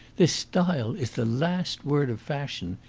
this style is the last word of fashion.